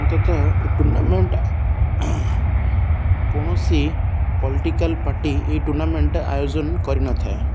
ଅନ୍ତତଃ ଏ ଟୁର୍ଣ୍ଣାମେଣ୍ଟ୍ କୌଣସି ପଲିଟିକାଲ୍ ପାର୍ଟି ଏଇ ଟୁର୍ଣ୍ଣାମେଣ୍ଟ୍ ଆୟୋଜନ କରିନଥାଏ